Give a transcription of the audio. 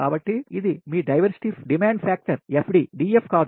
కాబట్టి అది మీ diversity demand factor FD DF కాదు